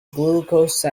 glucose